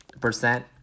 percent